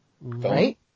Right